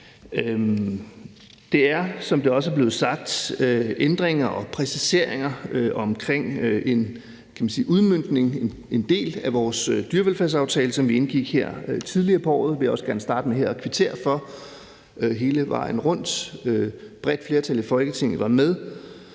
Det er, som der også er blevet sagt, ændringer og præciseringer omkring udmøntningen af en del af vores dyrevelfærdsaftale, som vi indgik tidligere på året, og den vil jeg også gerne starte med at kvittere for her hele vejen rundt. Et bredt flertal i Folketinget var med